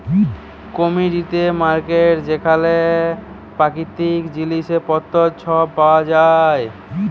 commodity market যেখালে পাকিতিক জিলিস পত্তর ছব পাউয়া যায়